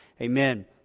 Amen